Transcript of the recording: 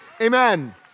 Amen